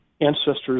ancestors